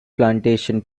plantation